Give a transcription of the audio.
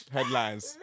Headlines